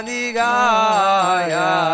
Nigaya